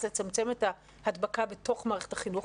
לצמצם את ההדבקה בתוך מערכת החינוך,